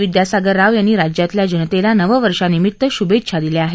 विद्यासागर राव यांनी राज्यातल्या जनतेला नववर्षानिमित्त शुभेच्छा दिल्या आहेत